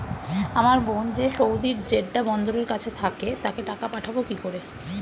আমার বোন যে সৌদির জেড্ডা বন্দরের কাছে থাকে তাকে টাকা পাঠাবো কি করে?